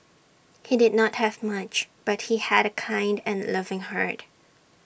he did not have much but he had A kind and loving heart